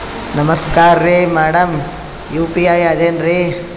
ನಮಸ್ಕಾರ್ರಿ madam UPI ಅಂದ್ರೆನ್ರಿ?